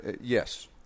yes